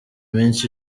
minsi